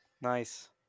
nice